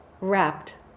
wrapped